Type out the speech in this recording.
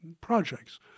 projects